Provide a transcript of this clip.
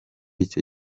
icyo